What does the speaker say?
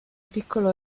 piccolo